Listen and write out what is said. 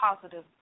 positive